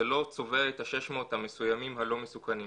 לא צובע את ה-600 המסוימים הלא מסוכנים,